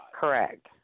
Correct